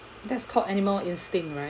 that's called animal instinct right